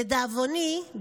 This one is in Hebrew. לדאבוני,